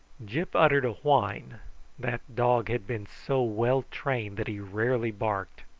gyp uttered a whine that dog had been so well trained that he rarely barked